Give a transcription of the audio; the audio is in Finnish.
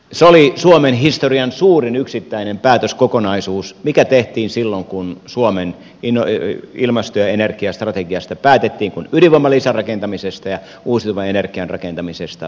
se oli suomen historian suurin yksittäinen päätöskokonaisuus mikä tehtiin silloin kun suomen ilmasto ja energiastrategiasta päätettiin kun ydinvoiman lisärakentamisesta ja uusiutuvan energian rakentamisesta päätettiin